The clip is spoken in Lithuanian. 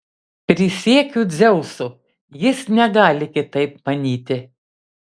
prisiekiu dzeusu jis negali kitaip manyti